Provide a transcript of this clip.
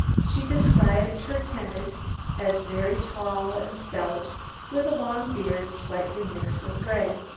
she described her tenant as very tall and stout with a long beard slightly mixed with grey.